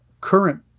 current